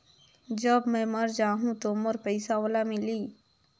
जब मै मर जाहूं तो मोर पइसा ओला मिली?